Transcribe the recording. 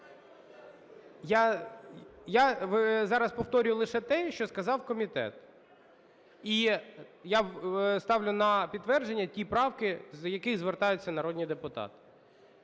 Я зараз повторюю лише те, що сказав комітет. І я ставлю на підтвердження ті правки, з яких звертаються народні депутати.